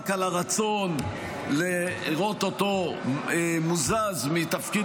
רק על הרצון לראות אותו מוזז מתפקיד